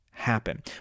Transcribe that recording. happen